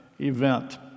event